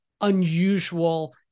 unusual